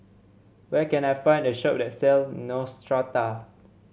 where can I find a shop that sells Neostrata